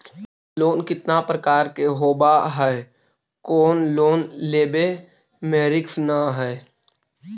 Loan कितना प्रकार के होबा है कोन लोन लेब में रिस्क न है?